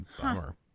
Bummer